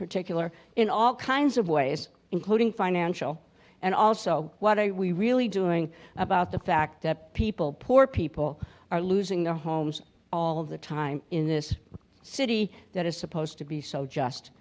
particular in all kinds of ways including financial and also what i we really doing about the fact that people poor people are losing their homes all of the time in this city that is supposed to be so just